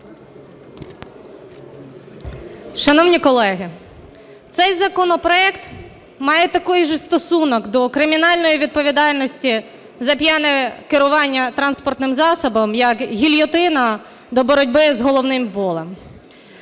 Шановні колеги, цей законопроект має такий же стосунок до кримінальної відповідальність за п'яне керування транспортним засобом як гільйотина до боротьби з головним болем.